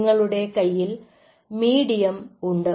നിങ്ങളുടെ കയ്യിൽ മീഡിയം ഉണ്ട്